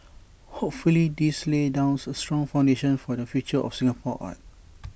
hopefully this lays down A strong foundation for the future of Singapore art